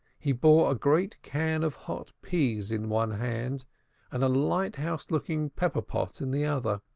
he bore a great can of hot peas in one hand and a lighthouse-looking pepper-pot in the other.